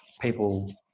people